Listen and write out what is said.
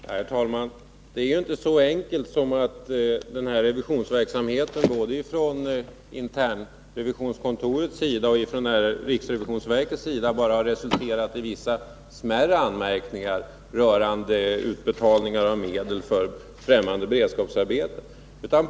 Herr talman! Problemet är inte så enkelt. Det är inte bara så att internrevisionskontorets och riksrevisionsverkets verksamhet har resulterat i vissa smärre anmärkningar rörande utbetalningar av medel för ffträmmande beredskapsarbeten.